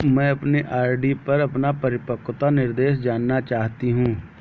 मैं अपने आर.डी पर अपना परिपक्वता निर्देश जानना चाहती हूँ